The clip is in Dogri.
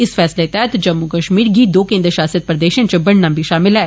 इस फैसले तैहत जम्मू कश्मीर गी दो केन्द्र शासित प्रदेश च बंडना बी शामल ऐ